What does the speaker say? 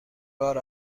بار